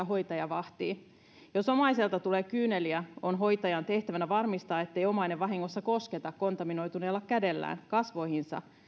hoitaja vahtii jos omaiselta tulee kyyneliä on hoitajan tehtävänä varmistaa ettei omainen vahingossa kosketa kontaminoituneella kädellään kasvoihinsa